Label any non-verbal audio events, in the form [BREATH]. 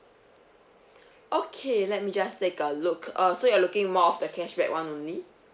[BREATH] okay let me just take a look uh so you're looking more of the cashback [one] only